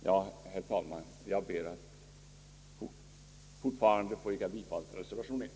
Jag vidhåller, herr talman, mitt yrkande om bifall till reservation 1.